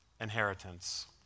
inheritance